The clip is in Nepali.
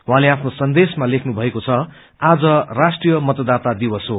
उहाँले आफ्नो सन्देशमा लेख्नुभएको छ आज राष्ट्रीय मतदाता दिवस हो